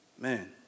Man